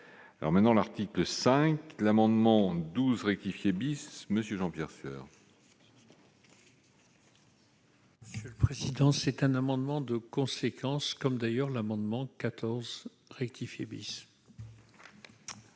alors maintenant l'article 5 l'amendement 12 rectifié bis monsieur Jean-Pierre Serre. Ce le président c'est un amendement de conséquence, comme d'ailleurs l'amendement cathos rectifié bis. Madame